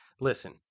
listen